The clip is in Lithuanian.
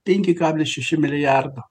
penki kablis šeši milijardo